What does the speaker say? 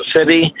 City